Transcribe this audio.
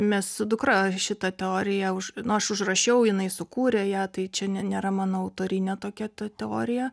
mes su dukra šitą teoriją už nu aš užrašiau jinai sukūrė ją tai čia ne nėra mano autorinė tokia ta teorija